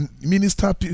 minister